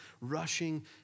rushing